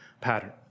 pattern